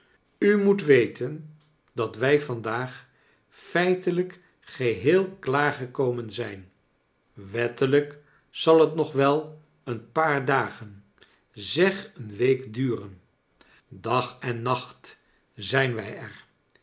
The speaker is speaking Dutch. u moot weten dat wij vandaag feitelijk geheel klaarkekoinen zijn avettelijk zal het nog wel een paar dagen zeg een week duren dag en nacht zijn w ij er